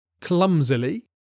Clumsily